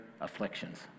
afflictions